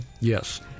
Yes